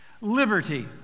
Liberty